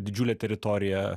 didžiulė teritorija